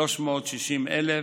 360,000,